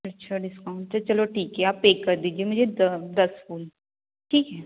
अच्छा डिस्काउंट तो चलो ठीक है आप पेक कर दीजिए मुझे दस फूल ठीक है